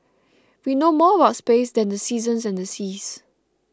we know more about space than the seasons and the seas